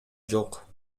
жок